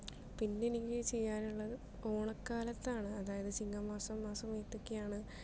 പിന്നെനിക്ക് ചെയ്യാനുള്ളത് ഓണക്കാലത്താണ് അതായത് ചിങ്ങ മാസം മാസം ആയിട്ടൊക്കെയാണ്